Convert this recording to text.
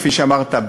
כפי שאמרת,